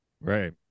right